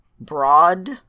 broad